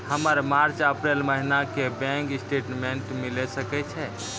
हमर मार्च अप्रैल महीना के बैंक स्टेटमेंट मिले सकय छै?